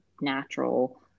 natural